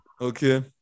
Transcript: Okay